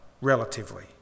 relatively